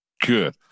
Good